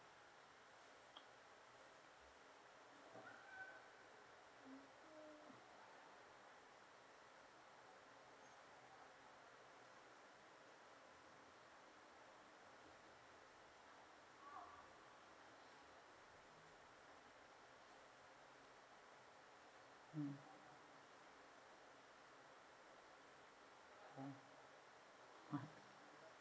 mm uh ah